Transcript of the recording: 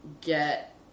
get